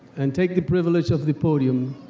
and take the privilege of the podium,